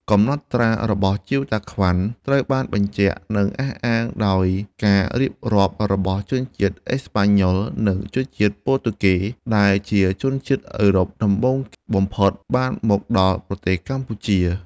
កំណត់ត្រារបស់ ជៀវតាក្វាន់ ត្រូវបានបញ្ជាក់ និងអះអាងដោយការរៀបរាប់ របស់ជនជាតិ អេស្ប៉ាញ៉ុល និងជនជាតិ ព័រទុយហ្គេ ដែលជាជនអឺរ៉ុបដំបូងបំផុត បានមកដល់ប្រទេសកម្ពុជា ។